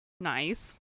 Nice